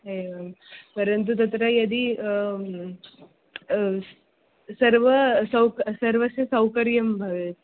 एवं परन्तु तत्र यदि सर्वा सौकर्यं सर्वस्य सौकर्यं भवेत्